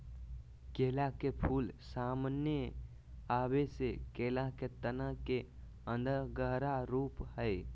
केला के फूल, सामने आबे से केला के तना के अन्दर गहरा रूप हइ